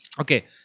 Okay